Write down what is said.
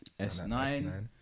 S9